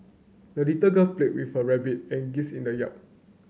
the little girl played with her rabbit and geese in the yard